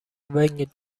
ونگ